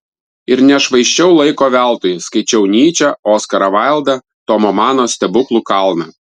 ir nešvaisčiau laiko veltui skaičiau nyčę oskarą vaildą tomo mano stebuklų kalną